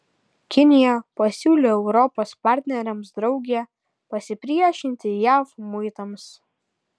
kinija pasiūlė europos partneriams drauge pasipriešinti jav muitams